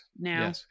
now